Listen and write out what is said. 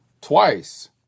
twice